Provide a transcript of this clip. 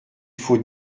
faut